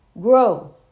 grow